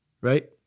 Right